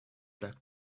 black